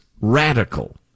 radical